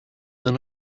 than